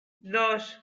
dos